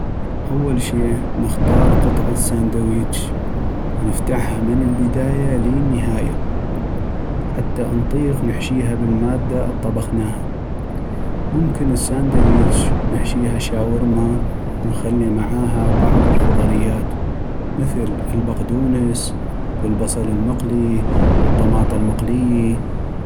اول شي نختار قطعة ساندويتش ونفتحها من البداية لي النهاية حتى انطيق نحشيها بالمادة الطبخناها، ممكن الساندويتش نحشيها شاورما ونخلي معاها بعض الخضريات مثل البقدونس والبصل المقلي والطماطمة المقلي